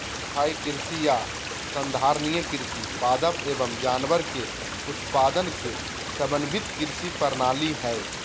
स्थाई कृषि या संधारणीय कृषि पादप एवम जानवर के उत्पादन के समन्वित कृषि प्रणाली हई